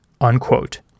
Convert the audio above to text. unquote